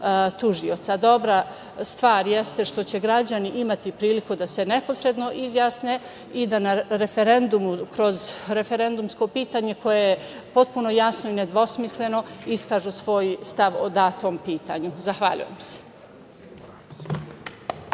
tužioca. Dobra stvar jeste što će građani imati priliku da se neposredno izjasne i da na referendumu, kroz referendumsko pitanje koje je potpuno jasno i nedvosmisleno, iskažu svoj stav o datom pitanju. Zahvaljujem se.